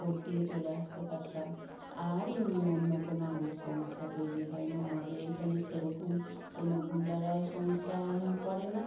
vote দিয়ে চলে আসতে পারতাম আর এমনি অন্য কোনো আমার সমস্যা তৈরি হয় নি আমাদের এইখানে সেরকম কোনো গুন্ডারাও সমস্যা করে না